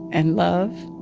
and love,